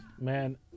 Man